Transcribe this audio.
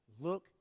Look